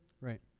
right